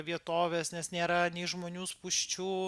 vietoves nes nėra nei žmonių spūsčių